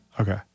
Okay